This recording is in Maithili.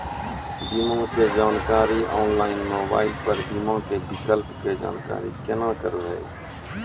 बीमा के जानकारी ऑनलाइन मोबाइल पर बीमा के विकल्प के जानकारी केना करभै?